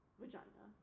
vagina